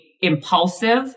impulsive